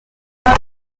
كلمة